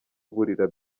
burira